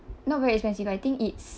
not very expensive I think it's